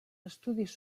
estudis